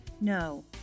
no